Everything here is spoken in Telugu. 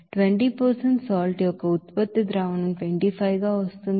20 ఉప్పు యొక్క ప్రోడక్ట్ సొల్యూషన్ 25 గా వస్తుంది